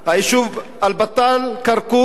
היישוב אלבאטל-קרקור,